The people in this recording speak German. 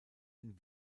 den